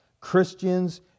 Christians